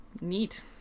Neat